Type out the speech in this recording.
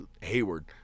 Hayward